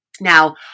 Now